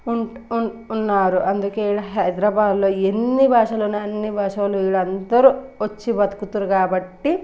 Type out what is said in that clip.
ఉం ఉం ఉన్నారు అందుకే ఈడ హైదరాబాదులో ఎన్ని భాషలు ఉన్నాయో అన్నీ భాషలు ఈడ అందరూ వచ్చి బతుకుతుర్రు కాబట్టి